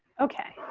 okay.